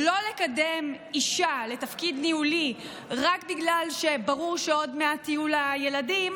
לא לקדם אישה לתפקיד ניהולי רק בגלל שברור שעוד מעט יהיו לה ילדים,